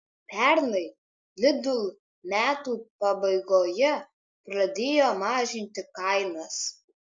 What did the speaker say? pernai lidl metų pabaigoje pradėjo mažinti kainas